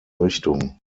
richtung